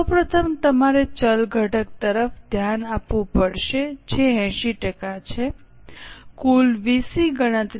સૌ પ્રથમ તમારે ચલ ઘટક તરફ ધ્યાન આપવું પડશે જે 80 ટકા છે કુલ વીસી ગણતરી